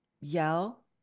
yell